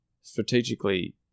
strategically